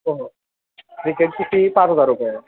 हो हो क्रिकेटची फी पाच हजार रुपये आहे